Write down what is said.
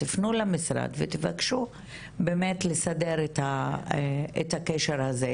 תפנו למשרד ותבקשו באמת לסדר את הקשר הזה.